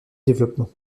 développement